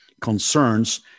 concerns